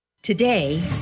Today